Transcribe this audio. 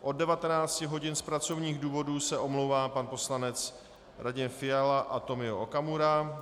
Od 19 hodin z pracovních důvodů se omlouvá pan poslanec Radim Fiala a Tomio Okamura.